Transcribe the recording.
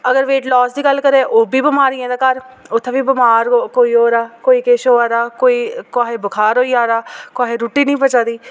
अगर weight loss दी गल्ल करै ओह् बी बमारियें दा घर उ'त्थें बी बमार कोई होआ दा कोई किश होआ दा कोई कुसै ई बुखार होई जा दा कोहे रूट्टी निं पचाऽ दी